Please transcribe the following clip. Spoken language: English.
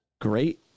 great